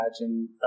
Imagine